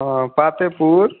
हाँ पातेपुर